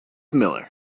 miller